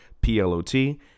P-L-O-T